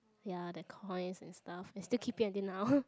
ya the coin and stuff I still keep it until now